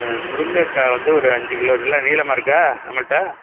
முருங்கக்காய் வந்து ஒரு அஞ்சு கிலோ நல்ல நீளமாக இருக்கா நம்மள்ட்ட